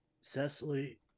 Cecily